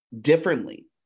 differently